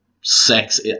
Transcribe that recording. sex